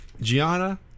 Gianna